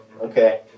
okay